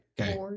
Okay